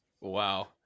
Wow